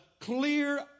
clear